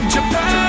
Japan